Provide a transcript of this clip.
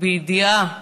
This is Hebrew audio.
בידיעה